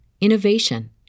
innovation